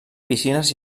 piscines